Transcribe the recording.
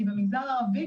כי במגזר הערבי,